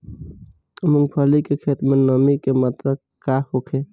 मूँगफली के खेत में नमी के मात्रा का होखे?